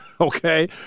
okay